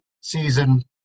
season